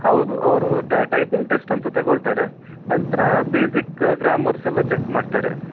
ಹೌದು ಅವರು typing test ಅಂತೂ ತೊಗೊಳ್ತಾರೆ ನಂತರ ಬೇಸಿಕ್ ಗ್ರಾಮರ್ಸ್ ಎಲ್ಲ ಚೆಕ್ ಮಾಡ್ತಾರೆ